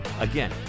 Again